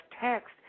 text